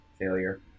Failure